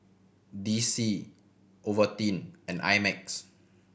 D C Ovaltine and I Max